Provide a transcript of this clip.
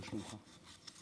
מה שלומך?